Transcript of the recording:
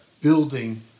building